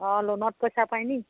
অঁ ল'নত পইচা পায় নি